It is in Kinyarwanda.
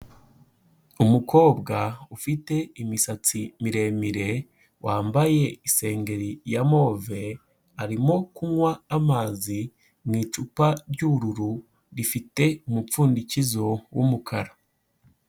Umukobwa ufite imisatsi miremire, wambaye isengeri ya move, arimo kunywa amazi mu icupa ry'ubururu rifite umupfundikizo w'umukara.